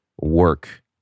work